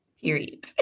Period